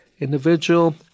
individual